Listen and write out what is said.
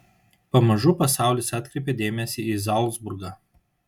pamažu pasaulis atkreipė dėmesį į zalcburgą